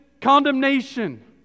condemnation